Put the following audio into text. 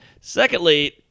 Secondly